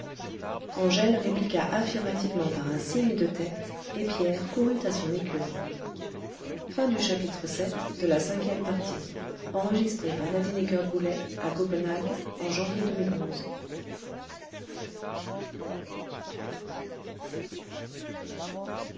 angèle répliqua affirmativement par un signe de tête et pierre courut à son écurie